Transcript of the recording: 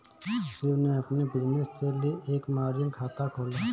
शिव ने अपने बिज़नेस के लिए एक मार्जिन खाता खोला